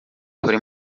polly